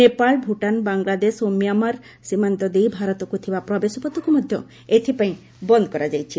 ନେପାଳ ଭୁଟାନ ବାଂଲାଦେଶ ଓ ମିଆଁମାର ସୀମାନ୍ତ ଦେଇ ଭାରତକୁ ଥିବା ପ୍ରବେଶପଥକୁ ମଧ୍ୟ ଏଥିପାଇଁ ବନ୍ଦ କରାଯାଇଛି